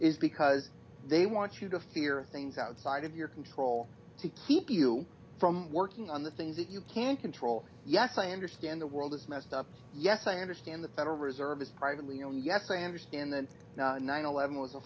is because they want you to fear things outside of your control to keep you from working on the things that you can't control yes i understand the world is messed up yes i understand the federal reserve is privately owned yes i understand that nine eleven was a